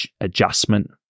adjustment